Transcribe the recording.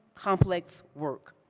complex work.